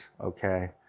okay